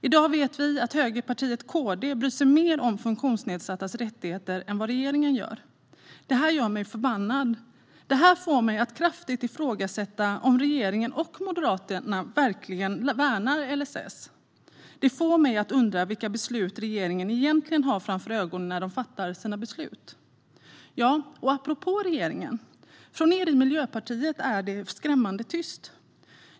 I dag vet vi att högerpartiet KD bryr sig mer om funktionsnedsattas rättigheter än vad regeringen gör. Det här gör mig förbannad och får mig att kraftigt ifrågasätta om regeringen och Moderaterna verkligen värnar LSS. Det får mig att undra vad regeringen egentligen har för ögonen när de fattar sina beslut. Apropå regeringen: Från Miljöpartiet är det skrämmande tyst.